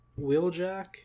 Wheeljack